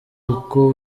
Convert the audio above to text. uko